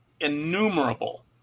innumerable